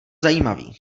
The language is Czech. zajímavý